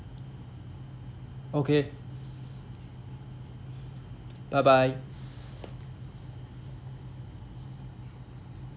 okay bye bye